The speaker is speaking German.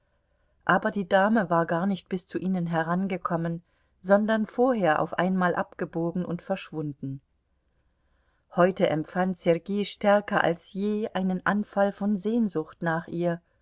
aber die dame war gar nicht bis zu ihnen herangekommen sondern vorher auf einmal abgebogen und verschwunden heute empfand sergei stärker als je einen anfall von sehnsucht nach ihr